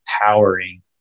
empowering